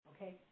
Okay